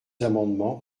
amendements